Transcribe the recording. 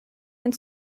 and